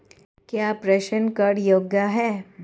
क्या प्रेषण कर योग्य हैं?